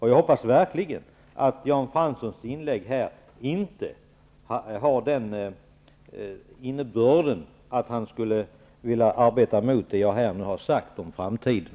Jag hoppas verkligen att Jan Franssons inlägg inte innebär att han vill motarbeta det som jag här har sagt om framtiden.